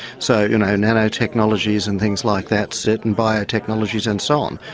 so you know nanotechnologies and things like that, certain biotechnologies and so on,